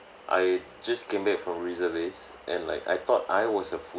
I just came back from reservist and like I thought I was a